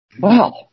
Wow